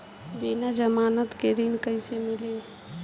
बिना जमानत के ऋण कैसे मिली?